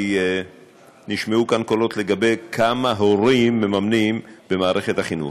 כי נשמעו כאן קולות לגבי כמה הורים מממנים במערכת החינוך.